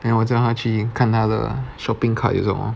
then 我叫她去看她的 shopping cart 有什么